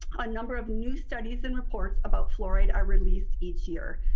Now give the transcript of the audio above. a number of new studies and reports about fluoride are released each year.